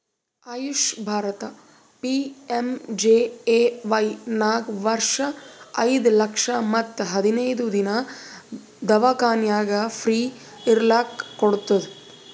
AYUSH Bharat PMJAY ನಾಗ್ ವರ್ಷ ಐಯ್ದ ಲಕ್ಷ ಮತ್ ಹದಿನೈದು ದಿನಾ ದವ್ಖಾನ್ಯಾಗ್ ಫ್ರೀ ಇರ್ಲಕ್ ಕೋಡ್ತುದ್